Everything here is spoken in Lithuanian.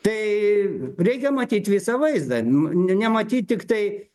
tai reikia matyt visą vaizdą n nematyt tiktai